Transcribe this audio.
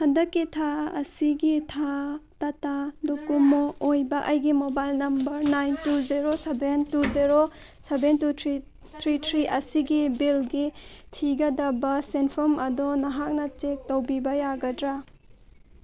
ꯍꯟꯗꯛꯀꯤ ꯊꯥ ꯑꯁꯤꯒꯤ ꯊꯥ ꯇꯥꯇꯥ ꯗꯣꯀꯣꯃꯣ ꯑꯣꯏꯕ ꯑꯩꯒꯤ mobile number nine two zero seven two zero seven two three three ꯑꯁꯤꯒꯤ ꯕꯤꯜꯒꯤ ꯊꯤꯒꯗꯕ ꯁꯦꯟꯐꯝ ꯑꯗꯣ ꯅꯍꯥꯛꯅ ꯆꯦꯛ ꯇꯧꯕꯤꯕ ꯌꯥꯒꯗ꯭ꯔꯥ